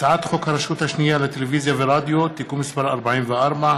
הצעת חוק הרשות השנייה לטלוויזיה ורדיו (תיקון מס' 44),